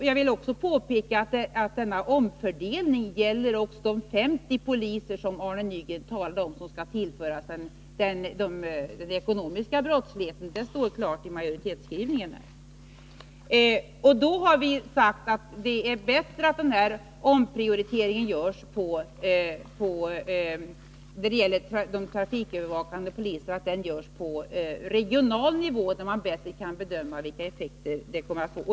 Jag vill också påpeka att denna omfördelning också gäller de 50 poliser — vilket Arne Nygren talade om —- som skall tillföras den avdelning som arbetar med den ekonomiska brottsligheten. Det står klart i majoritetsskrivningen. Vi har sagt att det vore bättre om omprioriteringen beträffande de trafikövervakande poliserna gjordes på regional nivå, där man bättre kan bedöma vilka effekter den kan få.